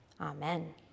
Amen